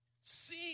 See